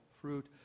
fruit